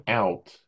out